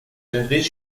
nel